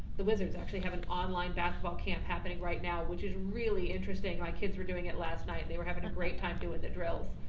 the wizards actually have an online basketball camp, happening right now which is really interesting. my kids were doing it last night and they were having a great time doing the drills.